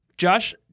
Josh